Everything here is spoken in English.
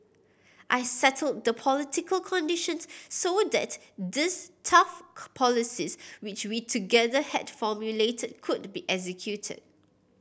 I settled the political conditions so that this tough policies which we together had formulated could be executed